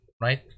right